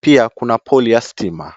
,pia kuna poli ya stima.